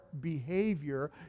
behavior